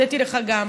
הודיתי לך גם.